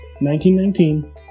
1919